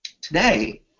today